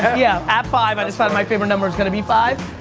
yeah at five i decided my favorite number was gonna be five.